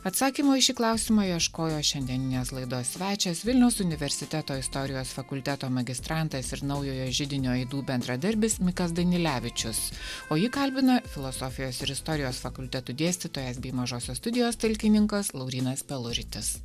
atsakymo į šį klausimą ieškojo šiandieninės laidos svečias vilniaus universiteto istorijos fakulteto magistrantas ir naujojo židinio aidų bendradarbis mikas danilevičius o jį kalbina filosofijos ir istorijos fakulteto dėstytojas bei mažosios studijos talkininkas laurynas peluritis